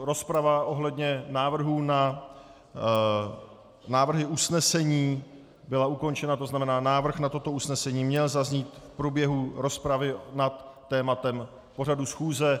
Rozprava ohledně návrhů na návrhy usnesení byla ukončena, tzn. návrh na toto usnesení měl zaznít v průběhu rozpravy nad tématem k pořadu schůze.